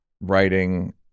writing